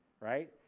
right